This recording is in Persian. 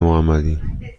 محمدی